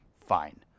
Fine